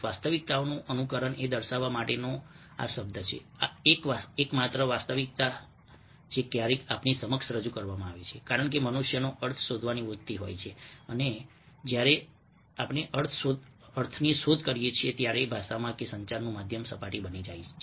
વાસ્તવિકતાઓનું અનુકરણ એ દર્શાવવા માટેનો આ શબ્દ છે એક માત્ર વાસ્તવિકતા જે ક્યારેક આપણી સમક્ષ રજૂ કરવામાં આવે છે કારણ કે મનુષ્યમાં અર્થ શોધવાની વૃત્તિ હોય છે અને જ્યારે આપણે અર્થની શોધ કરીએ છીએ ત્યારે ભાષા કે સંચારનું માધ્યમ સપાટી બની જાય છે